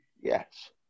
Yes